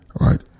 right